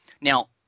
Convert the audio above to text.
Now